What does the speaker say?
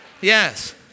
Yes